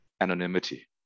Anonymity